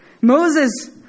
Moses